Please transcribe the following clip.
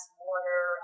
water